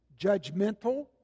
judgmental